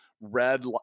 red